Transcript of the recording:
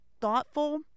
thoughtful